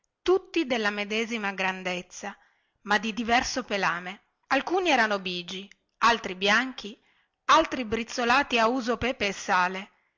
tutti della medesima grandezza ma di diverso pelame alcuni erano bigi altri bianchi altri brizzolati a uso pepe e sale